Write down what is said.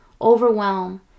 overwhelm